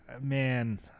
man